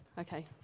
Okay